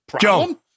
Joe